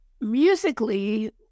musically